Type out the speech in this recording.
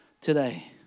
Today